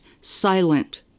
silent